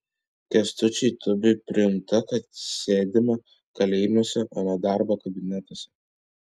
kęstučiui tubiui priminta kad sėdima kalėjimuose o ne darbo kabinetuose